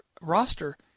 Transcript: roster